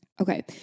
Okay